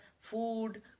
food